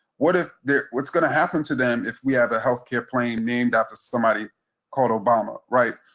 what if what's going to happen to them if we have a health care plan named after somebody called obama, right?